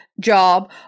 job